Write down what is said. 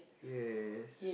yes